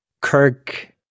Kirk